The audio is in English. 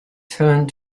turned